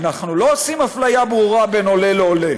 "אנחנו לא עושים אפליה ברורה בין עולה לעולה,